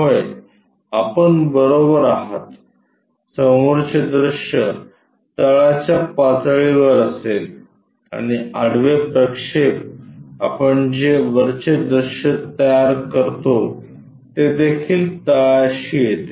होय आपण बरोबर आहात समोरचे दृश्य तळाच्या पातळीवर असेल आणि आडवे प्रक्षेप आपण जे वरचे दृश्य तयार करतो ते देखील तळाशी येते